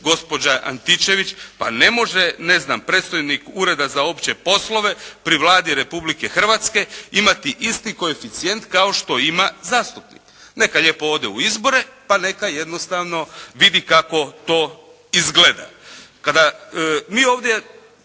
gospođa Antičević pa ne može, ne znam, predstojnik Ureda za opće poslove pri Vladi Republike Hrvatske imati isti koeficijent kao što ima zastupnik. Neka lijepo ode u izbore pa neka jednostavno vidi kako to izgleda. Kada mi ovdje,